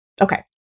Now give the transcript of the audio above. Okay